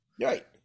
Right